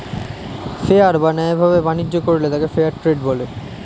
fair বা ন্যায় ভাবে বাণিজ্য করলে তাকে ফেয়ার ট্রেড বলে